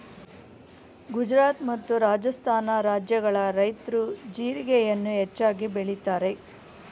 ಗುಜರಾತ್ ಮತ್ತು ರಾಜಸ್ಥಾನ ರಾಜ್ಯಗಳ ರೈತ್ರು ಜೀರಿಗೆಯನ್ನು ಹೆಚ್ಚಾಗಿ ಬೆಳಿತರೆ